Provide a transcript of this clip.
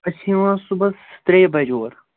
أسۍ چھِ یِوان صُبحَس ترٛیٚیہِ بَجہِ اور